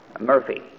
Murphy